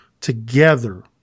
together